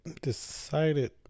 decided